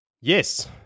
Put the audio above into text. Yes